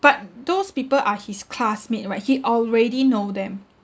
but those people are his classmate right he already know them